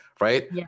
right